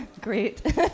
Great